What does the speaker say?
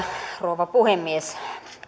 rouva puhemies